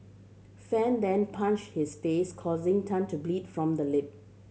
Fan then punched his face causing Tan to bleed from the lip